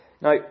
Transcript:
Now